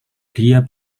dia